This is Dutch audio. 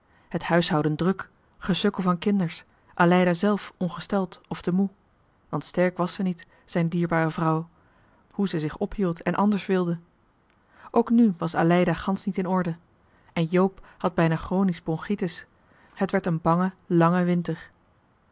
het huishouden druk gesukkel van kinders aleida zelf ongesteld of te moe want sterk was zij niet zijne dierbare vrouw hoe zij zich ophield en anders wilde ook nu was aleida gansch niet in orde en joop had bijna chronisch bronchitis het werd een bange lange winter